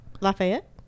Lafayette